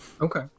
okay